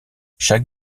chaque